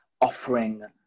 offering